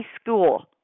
school